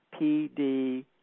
PD